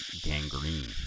gangrene